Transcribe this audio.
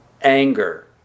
anger